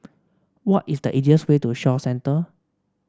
what is the easiest way to Shaw Centre